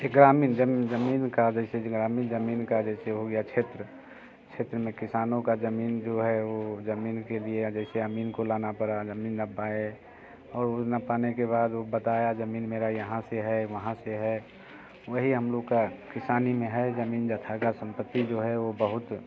ग्रामीण ज़मीन का जैसे ग्रामीण ज़मीन का जैसे हो क्षेत्र क्षेत्र में किसानों का ज़मीन जो है वो ज़मीन के लिए जैसे अमीन को लाना पड़ा ज़मीन नपाए और वो नपाने के बाद वो बताया ज़मीन मेरा यहाँ से है वहाँ से है वही हम लोग का किसानी में है ज़मीन जथा की संपत्ति जो है वो बहुत